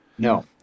No